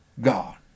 God